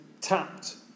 tapped